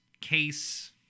case